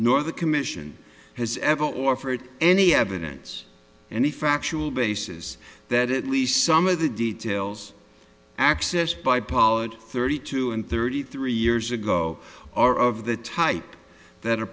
nor the commission has ever offered any evidence any factual basis that it least some of the details accessed by pollard thirty two and thirty three years ago are of the type that a